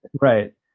right